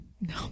No